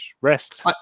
rest